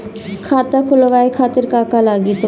खाता खोलवाए खातिर का का लागी?